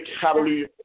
hallelujah